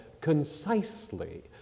concisely